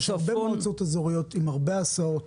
יש הרבה מועצות אזוריות עם הרבה הסעות,